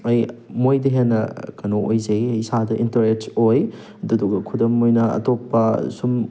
ꯑꯩ ꯃꯣꯏꯗ ꯍꯦꯟꯅ ꯀꯩꯅꯣ ꯑꯣꯏꯖꯩ ꯑꯩ ꯏꯁꯥꯗ ꯏꯟꯇꯔꯦꯁ ꯑꯣꯏ ꯑꯗꯨꯗꯨꯒ ꯈꯨꯗꯝ ꯑꯣꯏꯅ ꯑꯇꯣꯞꯄ ꯁꯨꯝ